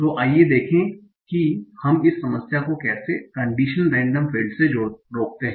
तो आइए देखें कि हम इस समस्या को कैसे कन्डिशन रेंडम फील्ड्स से रोकते हैं